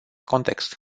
context